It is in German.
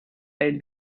ein